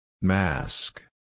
Mask